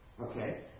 Okay